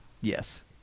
Yes